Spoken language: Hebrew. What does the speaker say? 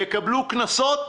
יקבלו קנסות?